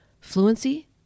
Fluency